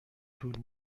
طول